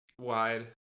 wide